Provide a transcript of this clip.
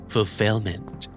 Fulfillment